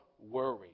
worry